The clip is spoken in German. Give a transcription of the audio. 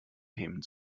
themen